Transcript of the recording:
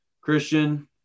Christian